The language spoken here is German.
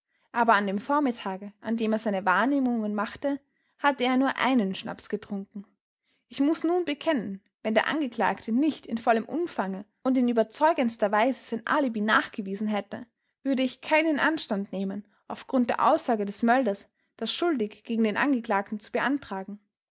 aber an dem vormittage an dem er seine wahrnehmungen machte hatte er nur einen schnaps getrunken ich muß nun bekennen wenn der angeklagte nicht in vollem umfange und in überzeugendster weise sein alibi nachgewiesen hätte würde ich keinen anstand nehmen auf grund der aussage des mölders das schuldig gegen den angeklagten zu beantragen